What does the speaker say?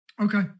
Okay